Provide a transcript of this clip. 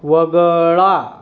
वगळा